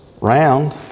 round